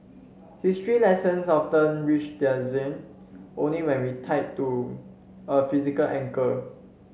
history lessons often reach their zenith only when tied to a physical anchor